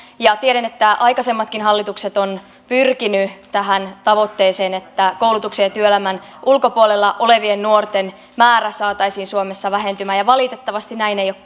tiedän että aikaisemmatkin hallitukset ovat pyrkineet tähän tavoitteeseen että koulutuksen ja työelämän ulkopuolella olevien nuorten määrä saataisiin suomessa vähentymään ja valitettavasti näin ei ole